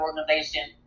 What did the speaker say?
organization